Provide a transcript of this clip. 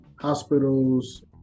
hospitals